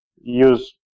use